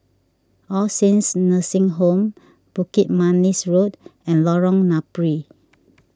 All Saints Nursing Home Bukit Manis Road and Lorong Napiri